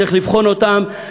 צריך לבחון אותן,